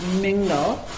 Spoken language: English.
mingle